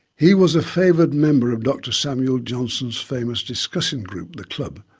he was a favoured member of dr samuel johnson's famous discussion group, the club,